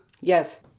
yes